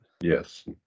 Yes